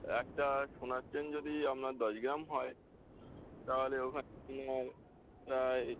একটা সোনার চেন যদি আপনার দশ গ্রাম হয় তাহলে ওখান তুলনা হবে প্রায়